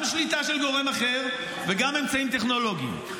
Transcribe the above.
גם שליטה של גורם אחר וגם אמצעים טכנולוגיים,